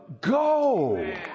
go